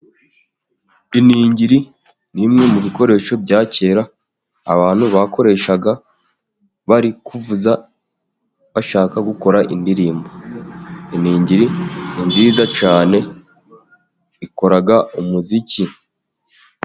Iningiri ni imwe mu bikoresho bya kera abantu bakoreshaga bari kuvuza, bashaka gukora indirimbo, iningiri ni nziza cyane, ikora umuziki.